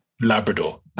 Labrador